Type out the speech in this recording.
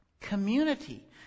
Community